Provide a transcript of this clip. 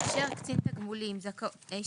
אם